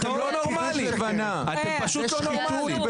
אתם לא נורמליים, אתם פשוט לא נורמליים.